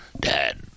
Dad